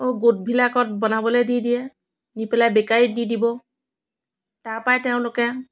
গোটবিলাকত বনাবলৈ দি দিয়ে দি পেলাই বেকাৰীত দি দিব তাৰ পৰাই তেওঁলোকে